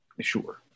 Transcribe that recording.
sure